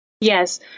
Yes